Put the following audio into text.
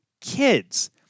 kids